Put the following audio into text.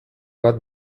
bat